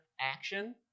action